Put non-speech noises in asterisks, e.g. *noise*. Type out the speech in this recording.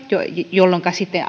jolloinka sitten *unintelligible*